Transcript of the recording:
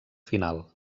final